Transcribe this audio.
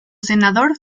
senador